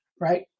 Right